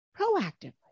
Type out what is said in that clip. Proactively